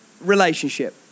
relationship